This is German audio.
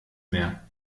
mehr